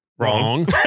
Wrong